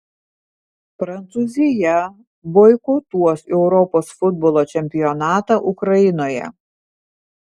prancūzija boikotuos europos futbolo čempionatą ukrainoje